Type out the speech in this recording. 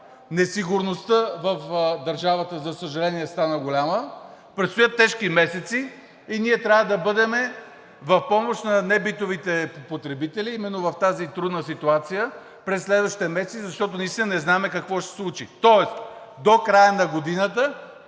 Несигурността в държавата, за съжаление, стана голяма. Предстоят тежки месеци и ние трябва да бъдем в помощ на небитовите потребители именно в тази трудна ситуация през следващите месеци, защото наистина не знаем какво ще се случи. Тоест до края на годината